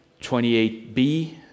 28b